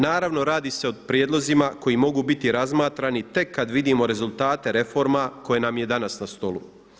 Naravno radi se o prijedlozima koji mogu biti razmatrani tek kada vidimo rezultate reforma koje nam je danas na stolu.